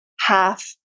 half